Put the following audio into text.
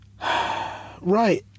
Right